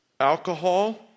Alcohol